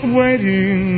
waiting